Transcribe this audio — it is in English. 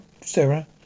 Sarah